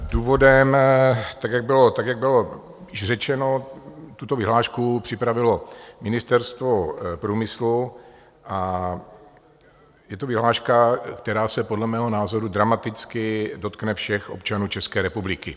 Důvodem, tak jak bylo již řečeno tuto vyhlášku připravilo Ministerstvo průmyslu a je to vyhláška, která se podle mého názoru dramaticky dotkne všech občanů České republiky.